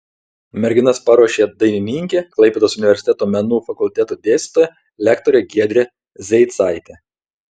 merginas paruošė dainininkė klaipėdos universiteto menų fakulteto dėstytoja lektorė giedrė zeicaitė